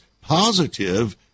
positive